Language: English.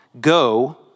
Go